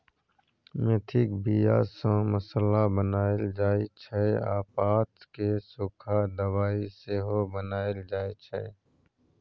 मेथीक बीया सँ मसल्ला बनाएल जाइ छै आ पात केँ सुखा दबाइ सेहो बनाएल जाइ छै